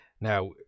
Now